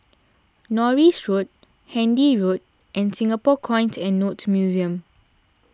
Norris Road Handy Road and Singapore Coins and Notes Museum